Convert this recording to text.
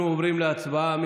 אנחנו עוברים להצבעה.